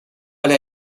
alle